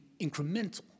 incremental